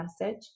message